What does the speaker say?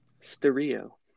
stereo